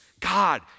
god